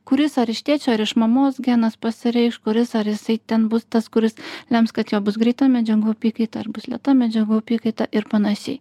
kuris ar iš tėčio ar iš mamos genas pasireikš kuris ar jisai ten bus tas kuris lems kad jo bus greita medžiagų apykaita ar bus lėta medžiagų apykaita ir panašiai